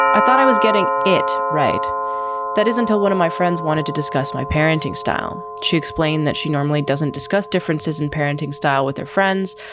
i thought i was getting it right that is until one of my friends wanted to discuss my parenting style. she explained that she normally doesn't discuss differences in parenting style with her friends,